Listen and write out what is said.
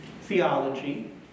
theology